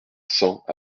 cent